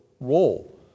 role